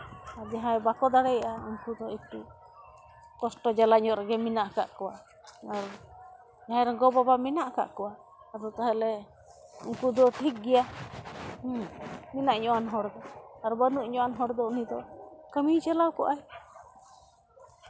ᱡᱟᱦᱟᱸᱭ ᱵᱟᱠᱚ ᱫᱟᱲᱮᱭᱟᱜᱼᱟ ᱩᱱᱠᱩ ᱫᱚ ᱠᱚᱥᱴᱚ ᱡᱟᱞᱟ ᱧᱚᱜ ᱨᱮᱜᱮ ᱢᱮᱱᱟᱜ ᱟᱠᱟᱜ ᱠᱚᱣᱟ ᱟᱨ ᱡᱟᱦᱟᱸᱭ ᱨᱮᱱ ᱜᱚᱼᱵᱟᱵᱟ ᱢᱮᱱᱟᱜ ᱠᱟᱜ ᱠᱚᱣᱟ ᱟᱫᱚ ᱛᱟᱦᱞᱮ ᱩᱱᱠᱩ ᱫᱚ ᱴᱷᱤᱠ ᱜᱮᱭᱟ ᱦᱮᱸ ᱢᱮᱱᱟᱜ ᱧᱚᱜ ᱟᱱ ᱦᱚᱲ ᱫᱚ ᱟᱨ ᱵᱟᱹᱱᱩᱜ ᱧᱚᱜ ᱟᱱ ᱦᱚᱲ ᱫᱚ ᱩᱱᱤ ᱫᱚ ᱠᱟᱹᱢᱤᱭ ᱪᱟᱞᱟᱣ ᱠᱚᱜᱼᱟᱭ